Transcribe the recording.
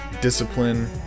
discipline